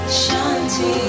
shanti